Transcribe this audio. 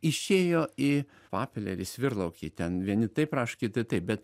išėjo į papilę į svirlaukį ten vieni taip rašo kiti taip bet